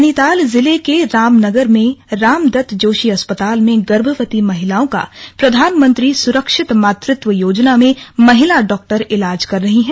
नैनीताल जिले के रामनगर के रामदत्त जोशी अस्पताल में गर्भवती महिलाओ का प्रधानमंत्री सुरक्षित मातृत्व योजना में महिला डॉक्टर इलाज कर रही हैं